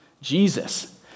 Jesus